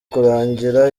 kurangira